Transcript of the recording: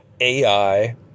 ai